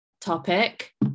topic